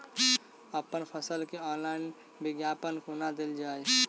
अप्पन फसल केँ ऑनलाइन विज्ञापन कोना देल जाए?